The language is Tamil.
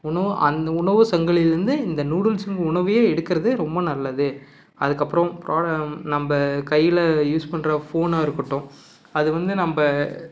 உணவு அந்த உணவு சங்கலிலிருந்து இந்த நூடுல்ஸுனு உணவையே எடுக்கிறது ரொம்ப நல்லது அதுக்கப்புறம் ப்ரா நம்ம் கையில் யூஸ் பண்ணுற ஃபோனாக இருக்கட்டும் அது வந்து நம்ம